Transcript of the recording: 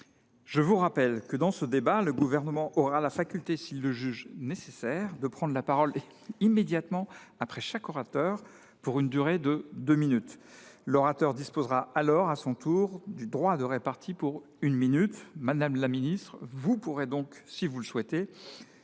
Je vous rappelle que, dans ce débat, le Gouvernement aura la faculté, s’il le juge nécessaire, de prendre la parole immédiatement après chaque orateur pour une durée de deux minutes ; l’orateur disposera alors à son tour du droit de repartie, pour une minute. Madame la ministre déléguée, vous pourrez donc, si vous le souhaitez,